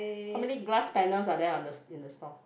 how many glass panels are there on the in the store